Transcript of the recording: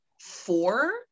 four